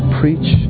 preach